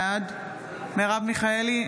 בעד מרב מיכאלי,